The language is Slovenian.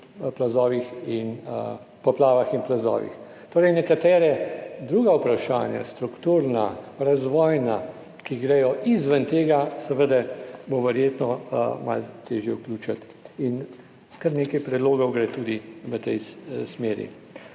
plazovih in, poplavah in plazovih. Torej nekatera druga vprašanja, strukturna, razvojna, ki gredo izven tega, seveda bo verjetno malo težje vključiti in kar nekaj predlogov gre tudi v tej smeri.